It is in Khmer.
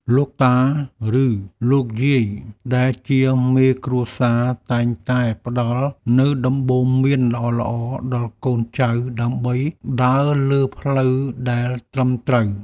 លោកតា ឬលោកយាយដែលជាមេគ្រួសារតែងតែផ្តល់នូវដំបូន្មានល្អៗដល់កូនចៅដើម្បីដើរលើផ្លូវដែលត្រឹមត្រូវ។